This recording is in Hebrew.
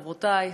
חברותי,